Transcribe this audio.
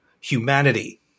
Humanity